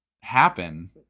happen